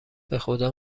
بخدا